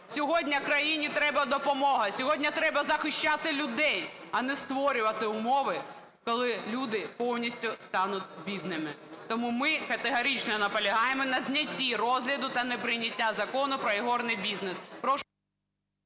Сьогодні країні треба допомога, сьогодні треба захищати людей, а не створювати умови, коли люди повністю стануть бідними. Тому ми категорично наполягаємо на знятті розгляду та неприйняття Закону про гральний бізнес.